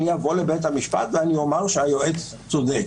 אני אבוא לבית המשפט ואני אומר שהיועץ צודק,